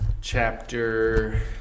chapter